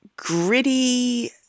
gritty